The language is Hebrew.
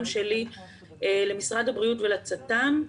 שלי למשרד הבריאות ולאיגוד רופאי בריאות הציבור